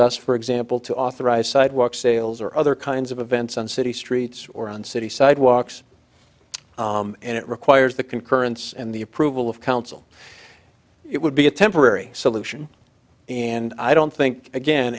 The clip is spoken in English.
us for example to authorize sidewalk sales or other kinds of events on city streets or on city sidewalks and it requires the concurrence and the approval of council it would be a temporary solution and i don't think again